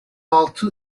altı